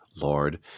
Lord